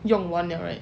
用完了 right